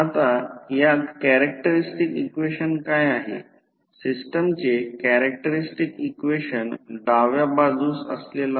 आणि यापूर्वी आम्ही V2 k V2 आणि N2 N2 1 पाहिले आहे